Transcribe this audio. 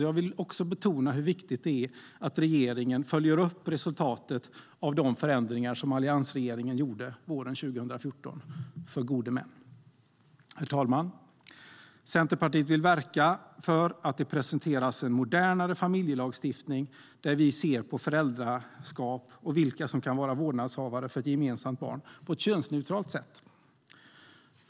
Jag vill också betona hur viktigt det är att regeringen följer upp resultatet av de förändringar som alliansregeringen gjorde för gode män våren 2014. Herr talman! Centerpartiet vill verka för att det presenteras en modernare familjelagstiftning där vi ser på föräldraskap och vilka som kan vara vårdnadshavare för ett gemensamt barn på ett könsneutralt sätt.